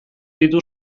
ditu